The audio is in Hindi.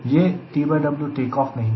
यह TW टेकऑफ नहीं है